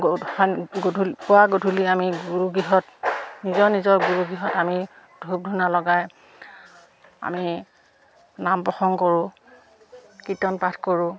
গধান গধূলি পুৱা গধূলি আমি গুৰু গৃহত নিজৰ নিজৰ গুৰু গৃহত আমি ধূপ ধূনা লগাই আমি নাম প্ৰসংগ কৰোঁ কীৰ্তন পাঠ কৰোঁ